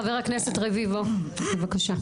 חבר הכנסת רביבו, בבקשה.